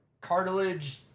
cartilage